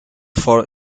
for